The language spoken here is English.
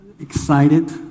excited